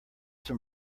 some